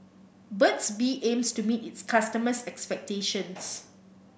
Burt's Bee aims to meet its customers' expectations